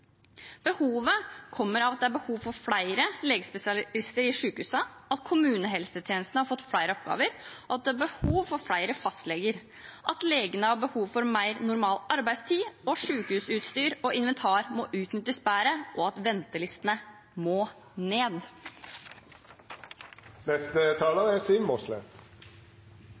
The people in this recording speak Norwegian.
Behovet kommer av at det er behov for flere legespesialister i sykehusene, at kommunehelsetjenesten har fått flere oppgaver, at det er behov for flere fastleger, at legene har behov for mer normal arbeidstid, at sykehusutstyr og inventar må utnyttes bedre, og at ventelistene må ned.